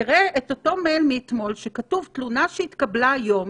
תראה את אותו מייל מאתמול שכתוב: תלונה שהתקבלה היום,